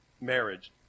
marriage